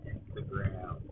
Instagram